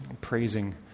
praising